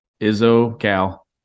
Izzo-Cal